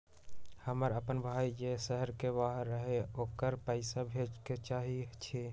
हमर अपन भाई जे शहर के बाहर रहई अ ओकरा पइसा भेजे के चाहई छी